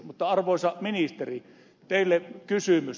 mutta arvoisa ministeri teille kysymys